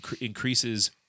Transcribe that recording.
increases